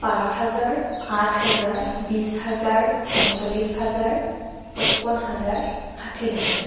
পাঁচ হাজাৰ আঠ হাজাৰ বিছ হাজাৰ পঞ্চল্লিছ হাজাৰ পচপন্ন হাজাৰ ষাঠি হাজাৰ